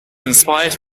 inspired